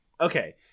Okay